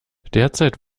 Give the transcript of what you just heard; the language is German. derzeit